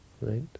right